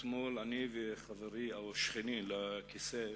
אתמול אני וחברי, שכני לכיסא,